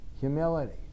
Humility